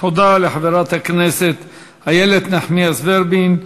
תודה לחברת הכנסת איילת נחמיאס ורבין.